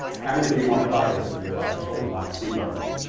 how many of you want progress in your lives or want to see more of it?